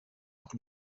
auch